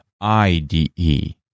IDE